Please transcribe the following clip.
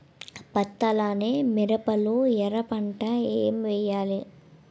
పత్తి అలానే మిరప లో ఎర పంట ఏం వేయాలి?